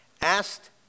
asked